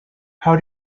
how